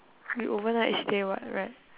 we overnight stay [what] right